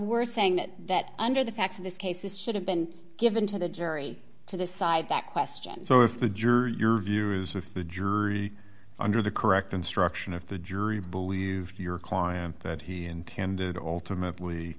we're saying that that under the facts of this case this should have been given to the jury to decide that question so if the juror your view is if the jury under the correct instruction of the jury believed your client that he intended alternately